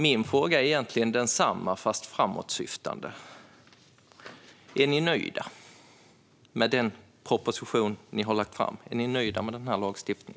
Min fråga är egentligen densamma fast framåtsyftande: Är ni nöjda med den proposition som ni har lagt fram? Är ni nöjda med denna lagstiftning?